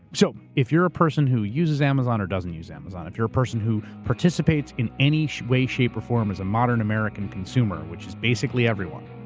so, if you're a person who uses amazon or doesn't use amazon. if you're a person who participates in any way, shape or form as a modern american consumer, which is basically everyone.